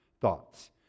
thoughts